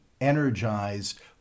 energized